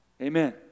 Amen